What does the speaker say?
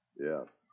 Yes